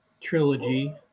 trilogy